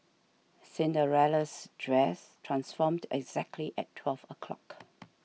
Cinderella's dress transformed exactly at twelve o'clock